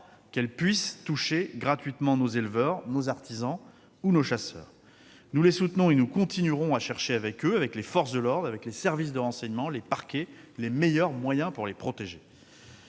phénomène puisse toucher gratuitement nos éleveurs, nos artisans ou nos chasseurs. Nous les soutenons et nous continuerons à chercher avec eux, avec les forces de l'ordre, avec les services de renseignement et les parquets, les meilleurs moyens pour les protéger.